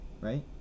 right